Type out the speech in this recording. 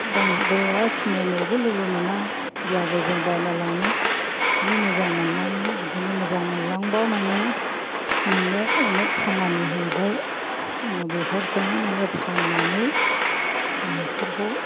बोरैबाब्ला सिनायनायबो लोगो मोना अब्लाबो जों बायना लाङो बिदिनो मोजां मोनलाङो बिदिनो मोजां मोनलांब्ला माने नोंनो अनेख खामानि होबाय उनाव बेफोरखौनो माने फाननानै न'खरखौ